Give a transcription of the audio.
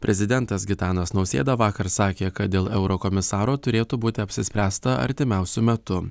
prezidentas gitanas nausėda vakar sakė kad dėl eurokomisaro turėtų būti apsispręsta artimiausiu metu